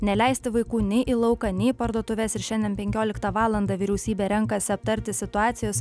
neleisti vaikų nei į lauką nei į parduotuves ir šiandien penkioliktą valandą vyriausybė renkasi aptarti situacijos